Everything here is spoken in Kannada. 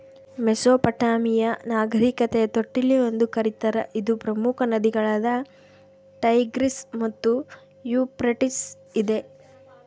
ಮೆಸೊಪಟ್ಯಾಮಿಯಾ ನಾಗರಿಕತೆಯ ತೊಟ್ಟಿಲು ಎಂದು ಕರೀತಾರ ಇದು ಪ್ರಮುಖ ನದಿಗಳಾದ ಟೈಗ್ರಿಸ್ ಮತ್ತು ಯೂಫ್ರಟಿಸ್ ಇದೆ